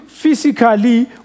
Physically